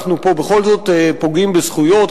אנחנו פה בכל זאת פוגעים בזכויות,